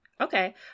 Okay